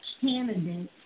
candidate